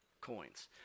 coins